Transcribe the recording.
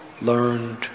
learned